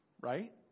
right